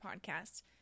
podcast